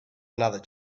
another